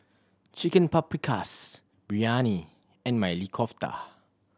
Chicken Paprikas Biryani and Maili Kofta